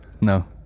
No